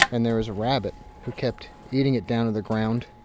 and there was a rabbit who kept eating it down to the ground.